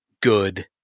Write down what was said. Good